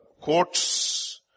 courts